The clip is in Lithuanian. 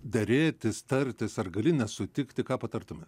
derėtis tartis ar gali nesutikti ką patartumėt